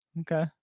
Okay